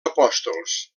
apòstols